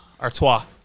Artois